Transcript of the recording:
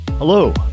Hello